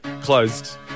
closed